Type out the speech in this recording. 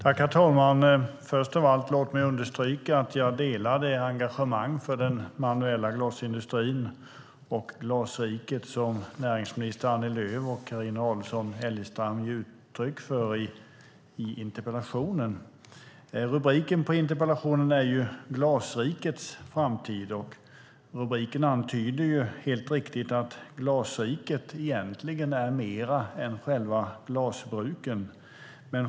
Herr talman! Först av allt: Låt mig understryka att jag delar det engagemang för den manuella glasindustrin och Glasriket som näringsminister Annie Lööf och Carina Adolfsson Elgestam ger uttryck för. Rubriken på interpellationen är Glasrikets framtid , och rubriken antyder - helt riktigt - att Glasriket egentligen är mer än själva glasbruken.